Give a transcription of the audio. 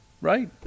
right